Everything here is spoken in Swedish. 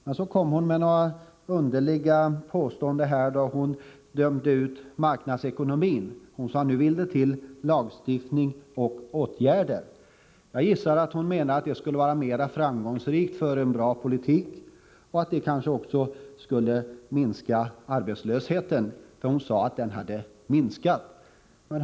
Men sedan kom Anna Lindh med några underliga påståenden, då hon dömde ut marknadsekonomin. Hon sade, att nu vill det till lagstiftning och åtgärder. Jag gissar att hon menar att det skulle vara mer framgångsrikt när det gäller att nå ett bra resultat med politiken och kanske också skulle minska arbetslösheten. Hon sade att den hade minskat. Fel.